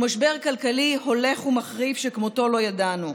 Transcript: ומשבר כלכלי הולך ומחריף שכמותו לא ידענו.